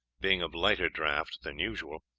being of lighter draught than usual,